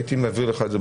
הייתי מעביר לך את זה.